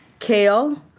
kale,